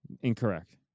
Incorrect